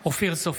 (קורא בשם חבר הכנסת) אופיר סופר,